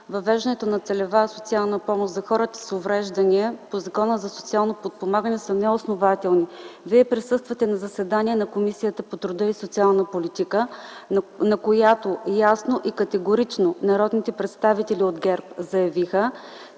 въвеждането на целева социална помощ за хората с увреждания по Закона за социално подпомагане са неоснователни. Вие присъствахте на заседание на Комисията по труда и социална политика, на което ясно и категорично народните представители от ГЕРБ заявиха,